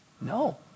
No